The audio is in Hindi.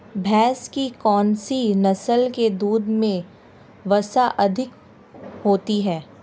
भैंस की कौनसी नस्ल के दूध में वसा अधिक होती है?